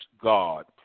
God